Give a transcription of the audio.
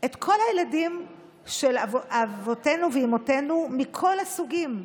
את כל הילדים של אבותינו ואימותינו מכל הסוגים.